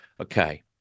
Okay